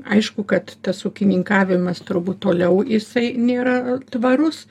aišku kad tas ūkininkavimas turbūt toliau jisai nėra tvarus